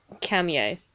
cameo